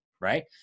right